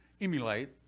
emulate